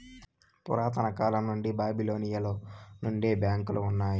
పురాతన కాలం నుండి బాబిలోనియలో నుండే బ్యాంకులు ఉన్నాయి